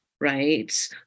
right